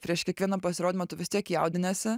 prieš kiekvieną pasirodymą tu vis tiek jaudiniesi